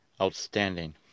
outstanding